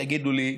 תגידו לי,